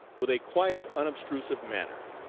with a quiet unobtrusive manner,